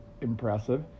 impressive